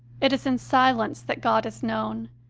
it is in silence that god is known,